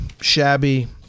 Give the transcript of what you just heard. shabby